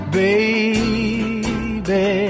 baby